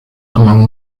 among